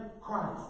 Christ